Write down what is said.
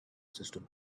system